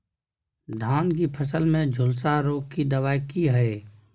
धान की फसल में झुलसा रोग की दबाय की हय?